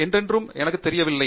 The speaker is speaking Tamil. ஏனென்று எனக்கு தெரியவில்லை